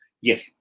Yes